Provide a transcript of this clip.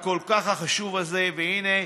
הכל-כך החשוב הזה, והינה,